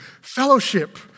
fellowship